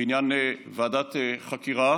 בעניין ועדת חקירה